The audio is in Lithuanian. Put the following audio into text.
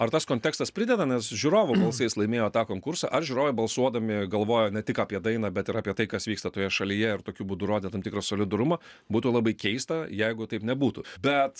ar tas kontekstas prideda nes žiūrovų balsais laimėjo tą konkursą ar žiūrovai balsuodami galvojo ne tik apie dainą bet ir apie tai kas vyksta toje šalyje ir tokiu būdu rodė tam tikrą solidarumą būtų labai keista jeigu taip nebūtų bet